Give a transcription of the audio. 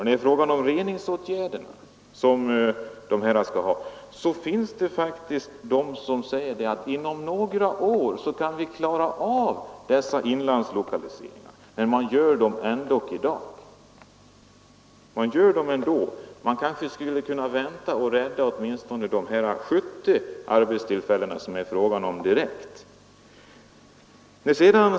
Det finns faktiskt de som säger att vi inom några år kan vidta sådana åtgärder beträffande reningen att vi kan klara inlandslokaliseringar. Men man flyttar ändå tillverkningsindustrierna i dag. Man kanske skulle kunna vänta och rädda åtminstone de 70 arbetstillfällen som det här är direkt fråga om.